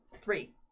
Three